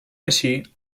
així